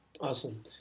Awesome